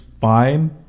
fine